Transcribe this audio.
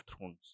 thrones